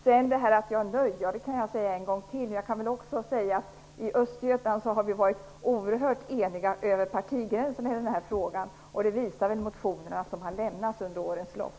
Jag kan upprepa att jag är nöjd. Jag kan väl också säga att i Östergötland har vi oerhört eniga över partigränserna i den här frågan. Det visar de motioner som har avlämnats under årens lopp.